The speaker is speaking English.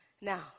Now